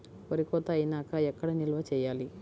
వరి కోత అయినాక ఎక్కడ నిల్వ చేయాలి?